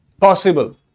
possible